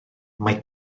mae